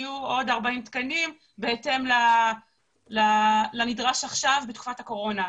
יהיו עוד 40 תקנים בהתאם לנדרש עכשיו בתקופת הקורונה,